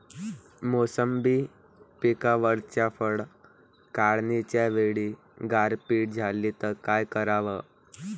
मोसंबी पिकावरच्या फळं काढनीच्या वेळी गारपीट झाली त काय कराव?